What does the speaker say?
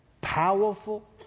powerful